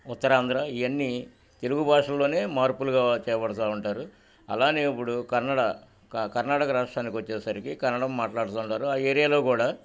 ఉత్తర ఆంధ్ర ఇవన్నీ తెలుగు భాషలోనే మార్పులుగా చేయబడుతూ ఉంటారు అలానే ఇప్పుడు కన్నడ కర్ణాటక రాష్ట్రానికి వచ్చేసరికి కన్నడం మాట్లాడుతూ ఉంటారు ఆ ఏరియాలో కూడా